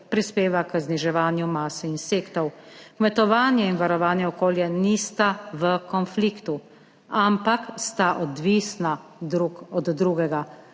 prispeva k zniževanju mase insektov. Kmetovanje in varovanje okolja nista v konfliktu, ampak sta odvisna drug od drugega.